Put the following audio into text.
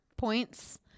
points